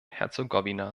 herzegowina